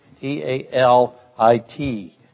T-A-L-I-T